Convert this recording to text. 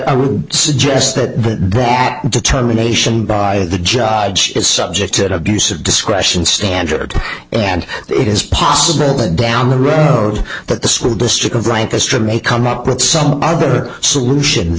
i would suggest that that determination by the judge is subject to abuse of discretion standard and it is possible that down the road but the school district of write history may come up with some other solution